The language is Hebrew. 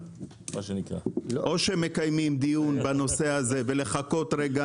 או מקימים דיון בנושא הזה ולחכות רגע